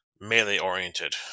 melee-oriented